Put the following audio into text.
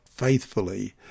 Faithfully